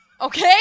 Okay